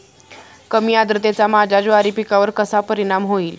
कमी आर्द्रतेचा माझ्या ज्वारी पिकावर कसा परिणाम होईल?